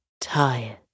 tired